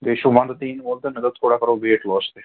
بیٚیہِ چھُ وَنٛدٕ تہِ یِنہٕ وول تہٕ مےٚ دوٚپ تھوڑا کَرو ویٹ لاس تہِ